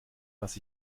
was